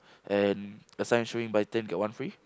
and a sign showing buy ten get one free